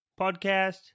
podcast